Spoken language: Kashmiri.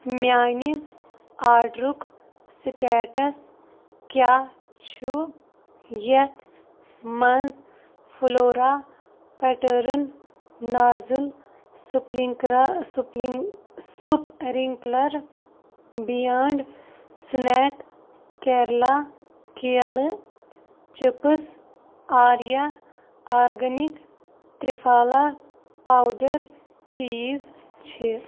میٛانہِ آرڈرُک سٹیٹَس کیٛاہ چھُ یتھ مَنٛز فُلورا پیٹٲرٕن نازٕل سُپِنکلا سُپِنک سُپِلنٛکلر بِیانٛڈ سٕنیٚک کیرالہ کیلہٕ چَپٕس آریا آرگینِک ترٛپھلا پاوڈر چیٖز چھِ